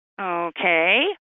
Okay